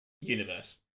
universe